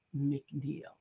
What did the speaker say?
McNeil